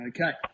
Okay